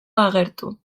agertu